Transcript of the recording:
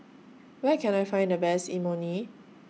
Where Can I Find The Best Imoni